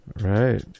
Right